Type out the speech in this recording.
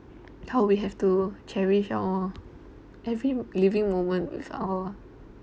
how we have to cherish our every living moment with our